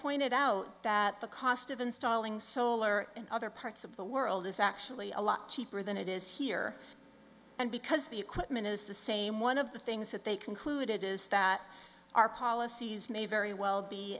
pointed out that the cost of installing solar and other parts of the world is actually a lot cheaper than it is here and because the equipment is the same one of the things that they concluded is that our policies may very well be